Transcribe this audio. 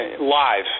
live